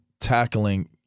tackling